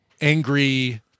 angry